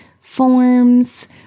forms